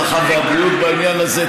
הרווחה והבריאות בעניין הזה.